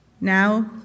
Now